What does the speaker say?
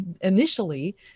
initially